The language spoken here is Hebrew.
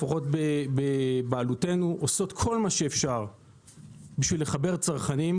לפחות שבבעלותנו עושות כל מה שאפשר כדי לחבר צרכנים.